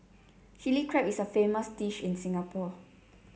Chilli Crab is a famous dish in Singapore